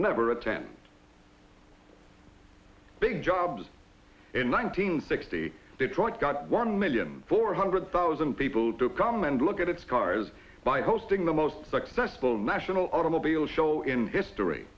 never attend big jobs in nineteen sixty detroit got one million four hundred thousand people to come and look at its cars by hosting the most successful national automobile show in history